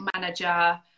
manager